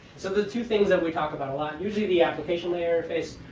so the two things that we talk about a lot, usually the application layer face,